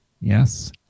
Yes